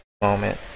moment